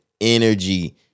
energy